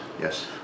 Yes